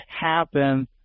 happen